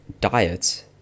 diet